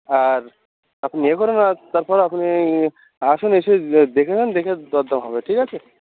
আর আপনি এ করুন আর তারপর আপনি আসুন এসে এ দেখে যান দেখে দর দাম হবে ঠিক আছে